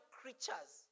creatures